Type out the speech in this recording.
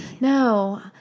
no